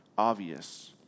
obvious